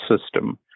system